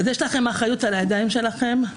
יש לכם אחריות בידיים שלכם,